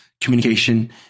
communication